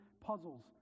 puzzles